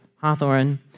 Hawthorne